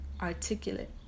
articulate